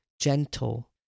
gentle